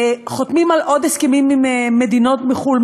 חותמים על עוד הסכמים עם מדינות מחו"ל,